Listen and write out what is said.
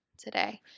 Today